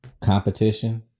competition